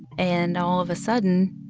and all of a sudden,